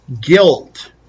guilt